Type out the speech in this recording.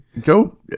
go